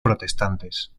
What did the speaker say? protestantes